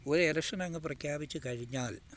ഒരെലക്ഷനെന്ന് പ്രഖ്യാപിച്ച് കഴിഞ്ഞാൽ